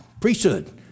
priesthood